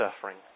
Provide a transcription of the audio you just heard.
suffering